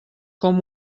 com